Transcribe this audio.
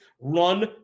run